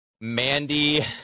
Mandy